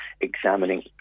examining